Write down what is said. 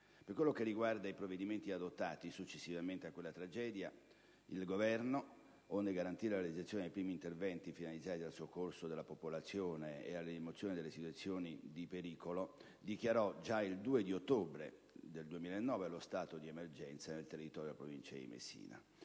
Per quanto riguarda i provvedimenti adottati successivamente a quella tragedia, il Governo, onde garantire la realizzazione dei primi interventi finalizzati al soccorso della popolazione e alla rimozione delle situazioni di pericolo, dichiarò già il 2 ottobre 2009 lo stato di emergenza nel territorio della Provincia di Messina.